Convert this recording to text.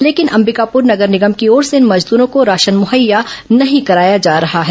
लेकिन अंबिकापुर नगर निगम की ओर से इन मजदूरों को राशन मुहैया नहीं कराया जा रहा है